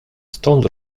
stąd